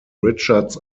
richards